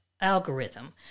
algorithm